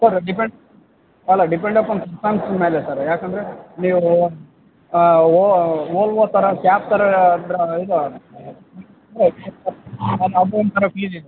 sir depend ಅಲ್ಲ depend upon sir ಯಾಕಂದರೆ ನೀವು ಓಲ್ವೋ ಥರ ಕ್ಯಾಬ್ ಥರ ಅಂದ್ರೆ ಇದು ಅದೊಂಥರ